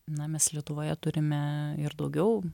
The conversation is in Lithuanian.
na mes lietuvoje turime ir daugiau